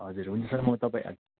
हजुर हुन्छ म तपाईँ